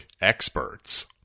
experts